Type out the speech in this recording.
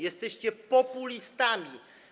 Jesteście populistami.